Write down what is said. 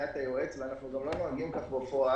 היועץ ואנחנו גם לא נוהגים כך בפועל,